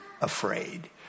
afraid